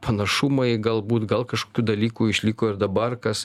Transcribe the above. panašumai galbūt gal kažkokių dalykų išliko ir dabar kas